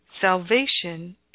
salvation